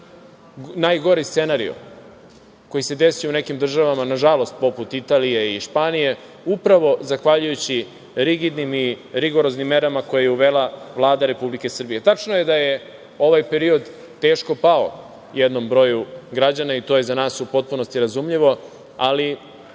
najgori scenario koji se desio u nekim državama, nažalost, poput Italije i Španije, upravo zahvaljujući rigidnim i rigoroznim merama koje je uvela Vlada Republike Srbije. Tačno je da je ovaj period teško pao jednom broju građana, i to je za nas u potpunosti razumljivo, ali